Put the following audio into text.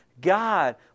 God